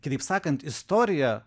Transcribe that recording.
kitaip sakant istorija